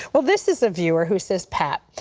well, this is a viewer who says, pat,